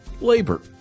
Labor